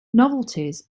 novelties